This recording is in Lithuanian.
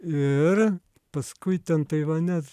ir paskui ten taivane